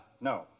no